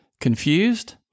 Confused